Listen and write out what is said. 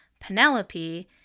Penelope